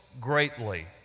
greatly